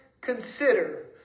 consider